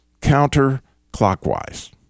counterclockwise